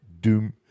doom